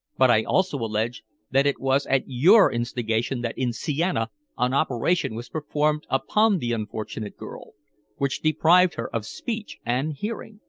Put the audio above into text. but i also allege that it was at your instigation that in siena an operation was performed upon the unfortunate girl which deprived her of speech and hearing.